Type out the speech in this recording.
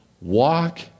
Walk